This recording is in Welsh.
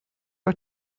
wyt